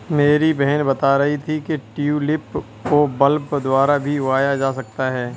मेरी बहन बता रही थी कि ट्यूलिप को बल्ब द्वारा भी उगाया जा सकता है